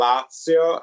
Lazio